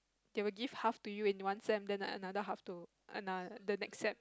they will give half to you in one sem and then another half to anoth~ the next sem